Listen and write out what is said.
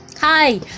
Hi